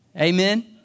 amen